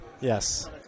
yes